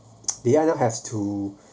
they end up have to